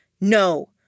No